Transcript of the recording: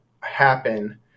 happen